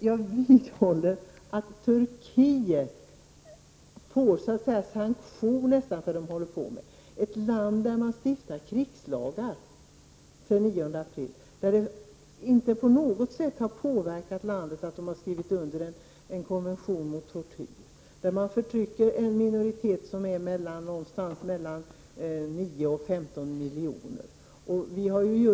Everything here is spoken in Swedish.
Jag vidhåller att Turkiet bör näst intill sanktioneras för vad man där håller på med. I Turkiet stiftade man krigslagar den 9 april. Landet har på intet sätt påverkats av att man har skrivit under en konvention mot tortyr. En minoritet bestående av mellan nio och femton miljoner människor förtrycks.